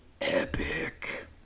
epic